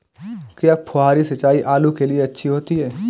क्या फुहारी सिंचाई आलू के लिए अच्छी होती है?